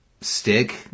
stick